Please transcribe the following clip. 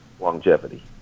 longevity